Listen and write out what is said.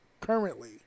currently